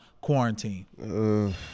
quarantine